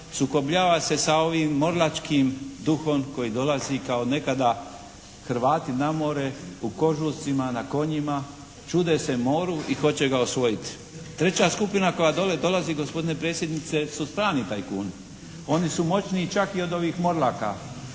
sukobljava se sa ovim morilačkim duhom koji dolazi kao nekada Hrvati na more u kožucima na konjima, čude se moru i hoće ga osvojiti. Treća skupina koja dolje dolazi gospodine predsjedniče su strani tajkuni. Oni su moćniji čak i od ovih morlaka,